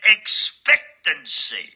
expectancy